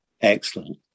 Excellent